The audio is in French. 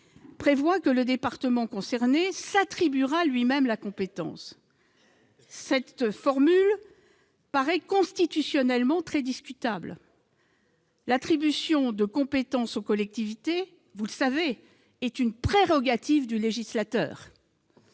prévoit qu'un département puisse s'attribuer lui-même des compétences. Cette formule est constitutionnellement très discutable. L'attribution de compétences aux collectivités, vous le savez, est une prérogative du législateur.